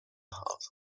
half